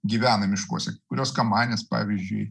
gyvena miškuose kurios kamanės pavyzdžiui